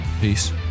Peace